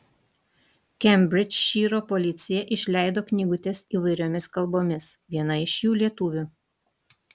kembridžšyro policija išleido knygutes įvairiomis kalbomis viena iš jų lietuvių